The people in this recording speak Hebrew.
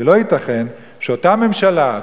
כי לא ייתכן שאותה ממשלה,